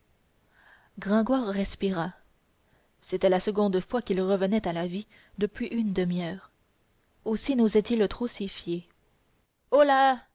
gringoire respira c'était la seconde fois qu'il revenait à la vie depuis une demi-heure aussi nosait il trop s'y fier holà